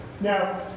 Now